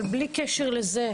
אבל בלי קשר לזה,